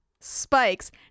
spikes